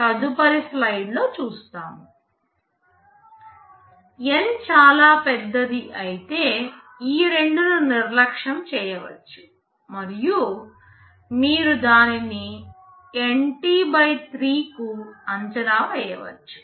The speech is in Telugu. N చాలా పెద్దది అయితే ఈ 2 ను నిర్లక్ష్యం చేయవచ్చు మరియు మీరు దానిని NT 3 కు అంచనా వేయవచ్చు